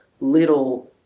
little